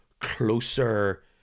closer